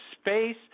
space